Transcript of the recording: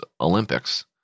Olympics